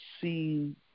see